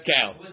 cow